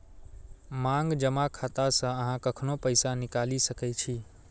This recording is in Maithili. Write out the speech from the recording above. मांग जमा खाता सं अहां कखनो पैसा निकालि सकै छी